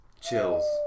chills